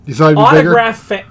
autograph